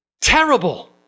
terrible